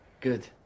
Good